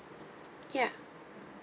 ya